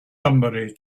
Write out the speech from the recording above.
somebody